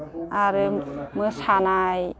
आरो मोसानाय